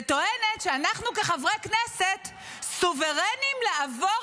וטוענת שאנחנו כחברי כנסת סוברנים לעבור